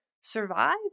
survive